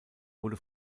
wurde